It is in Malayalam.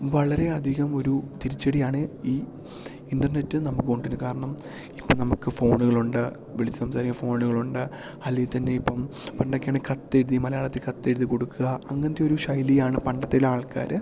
വളരെ അധികം ഒരു തിരിച്ചടിയാണ് ഈ ഇൻ്റർനെറ്റ് നമുക്ക് കൊണ്ടുവരുന്നത് കാരണം ഇപ്പം നമുക്ക് ഫോണുകളുണ്ട് വിളിച്ച് സംസാരിക്കാൻ ഫോണുകളുണ്ട് അല്ലേൽ തന്നെ ഇപ്പം പണ്ടൊക്കെയാണേൽ കത്തെഴുതി മലയാളത്തിൽ കത്തെഴുതി കൊടുക്കുക അങ്ങനത്തെ ഒരു ശൈലിയാണ് പണ്ടത്തേ ആൾക്കാര്